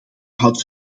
houdt